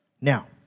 Now